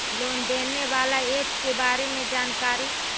Loan देने बाला app के बारे मे जानकारी?